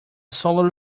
solar